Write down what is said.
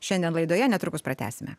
šiandien laidoje netrukus pratęsime